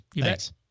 Thanks